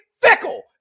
fickle